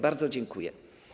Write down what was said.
Bardzo dziękuję.